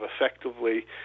effectively